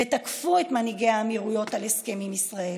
ותקפו את מנהיגי האמירויות על ההסכם עם ישראל.